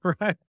right